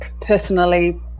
personally